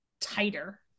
tighter